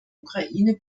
ukraine